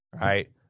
right